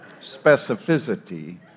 Specificity